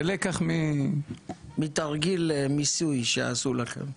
זה לקח מ- -- מתרגיל מיסוי שעשו לכם.